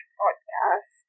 podcast